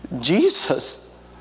Jesus